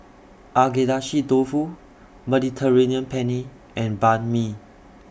Agedashi Dofu Mediterranean Penne and Banh MI